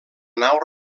nau